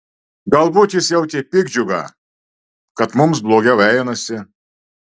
galbūt jis jautė piktdžiugą kad mums blogiau einasi